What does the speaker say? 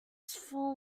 for